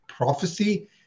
Prophecy